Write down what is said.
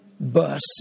bus